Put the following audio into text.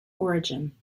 origin